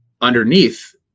underneath